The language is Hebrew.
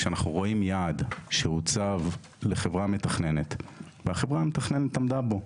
כשאנחנו רואים יעד שהוצב לחברה מתכננת והחברה המתכננת עמדה בו,